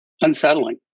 unsettling